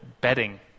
bedding